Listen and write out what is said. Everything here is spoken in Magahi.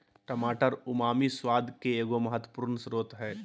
टमाटर उमामी स्वाद के एगो महत्वपूर्ण स्रोत हइ